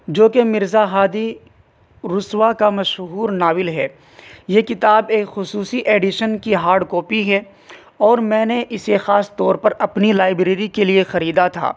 جو کہ مرزا ہادی رسوا کا مشہور ناول ہے یہ کتاب ایک خصوصی ایڈیشن کی ہارڈ کاپی ہے اور میں نے اسے خاص طور پر اپنی لائبریری کے لیے خریدا تھا